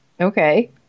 Okay